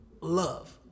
love